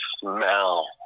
smell